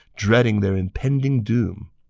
dreading their impending doom.